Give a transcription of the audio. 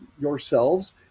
yourselves